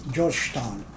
Georgetown